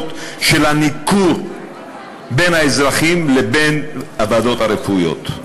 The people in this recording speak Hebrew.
של הניכור בין האזרחים לבין הוועדות הרפואיות.